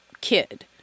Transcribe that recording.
kid